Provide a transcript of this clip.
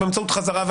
לחוק-יסוד: הממשלה,